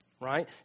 right